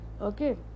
Okay